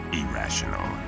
irrational